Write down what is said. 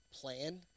plan